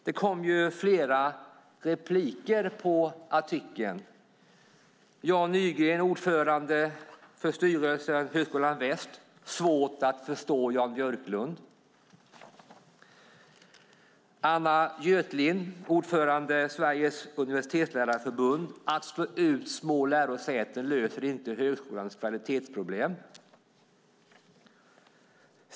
Det kom flera repliker på artikeln. Jan Nygren, ordförande i styrelsen för Högskolan Väst skriver: Svårt att förstå Jan Björklund. Anna Götlind, ordförande för Sveriges universitetslärarförbund skriver: Att slå ut små lärosäten löser inte högskolans kvalitetsproblem.